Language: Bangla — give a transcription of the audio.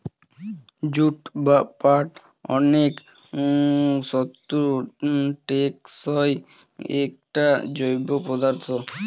জুট বা পাট অনেক শক্ত, টেকসই একটা জৈব পদার্থ